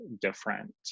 different